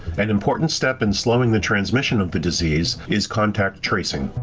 and important step in slowing the transmission of the disease is contact tracing.